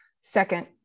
second